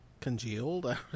congealed